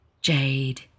jade